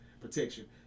protection